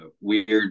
weird